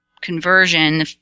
conversion